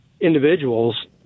individuals